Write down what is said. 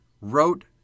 wrote